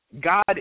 God